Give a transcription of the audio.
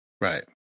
right